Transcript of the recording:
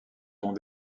sont